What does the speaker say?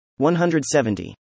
170